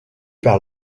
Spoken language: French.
par